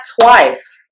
twice